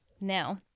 Now